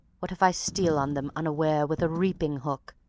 what if i steal on them unaware with a reaping-hook,